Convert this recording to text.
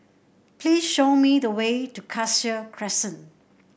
please show me the way to Cassia Crescent